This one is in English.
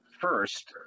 first